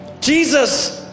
Jesus